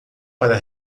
para